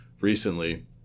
recently